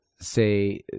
say